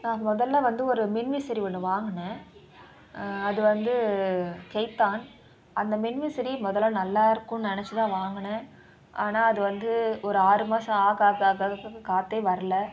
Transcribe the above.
நான் முதல்ல வந்து ஒரு மின்விசிறி ஒன்று வாங்குனேன் அது வந்து கேத்தான் அந்த மின்விசிறி முதல்ல நல்லா இருக்கும்னு நினச்சி தான் வாங்குனேன் ஆனால் அது வந்து ஒரு ஆறு மாசம் ஆக ஆக ஆக ஆக காற்றே வரல